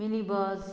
mini bus